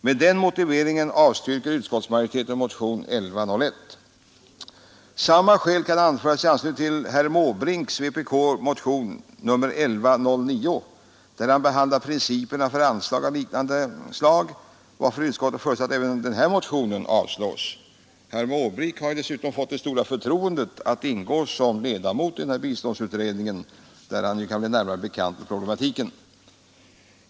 Med den motiveringen avstyrker utskottsmajoriteten motionen 1101. Samma skäl kan anföras i anslutning till motionen 1109 av herr Måbrink, i vilken han tar upp principerna för anslag av liknande slag, varför utskottet föreslår att även denna motion avslås. Herr Måbrink har dessutom fått det stora förtroendet att ingå som ledamot i denna biståndsutredning, där han kan bli närmare bekant med problematiken.